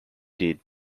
did